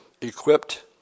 equipped